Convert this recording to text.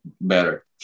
better